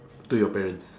to your parents